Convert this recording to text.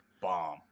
bomb